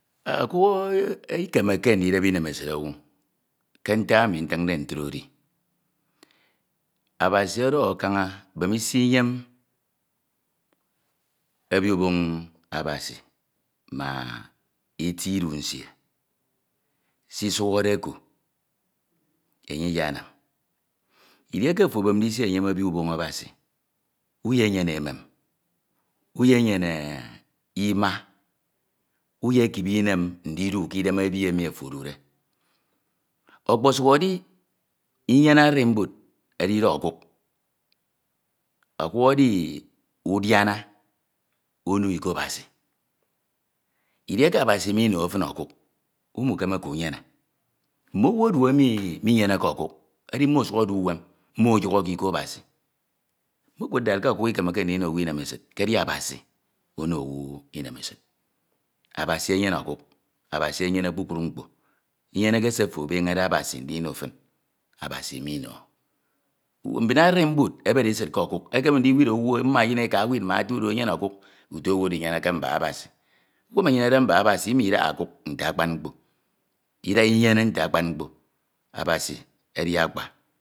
Okuk ikemeke ndichep imemesid owu, ntak emi ntinde ntro edi, Abasi odọkhọ kaña bemisi yen ebi uboñ Abasi ima eti idu nsie, si isuhrọde oko Enye iyenam edieke ofo ebemide is eyem ebi uboñ Abasi inyenyene ima, uyekip inem ndidu ke idem ubi emi ojo odude okposuk edi inyene animbud edide ọkuk, ọkuk edi udong ono ikọ Abasi, edieke Abasi minoho fin ọkuk umukemeke unyene mmomu emi minyeneke ọkuk edi mmo esuk edu uwen mmo eyukiro ke iko Abasi, ofo okud chdke ọkuk ikemeke ndino owu inemesid ke edi Abasi ono owu inemesid Abasi enyene ọkuk, Abasi enyene kpukpru mkpo, inyeneke se ofo ebeñede Abasi ndino fin Enye minoho, mbin animbud ebere esid ke okuk, ekeme ndimum eyin eka ewid ina otudo enyene ọkuk uto owu oro inyeneke mbak Abasi, owu emi enyenede mbak Abasi muaha ọkuk nte Akpan mkpo idaha myere nte akpan mkpo, Abasi edi akpa